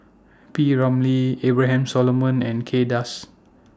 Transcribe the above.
P Ramlee Abraham Solomon and Kay Das